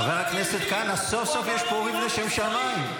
חבר הכנסת קלנר, סוף-סוף יש פה ריב לשם שמיים.